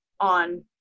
on